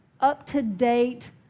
up-to-date